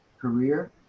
career